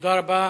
תודה רבה.